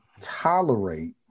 tolerate